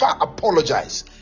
apologize